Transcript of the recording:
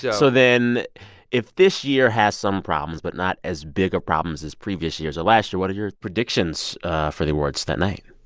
yeah so then if this year has some problems but not as big of problems as previous years or last year, what are your predictions for the awards that night?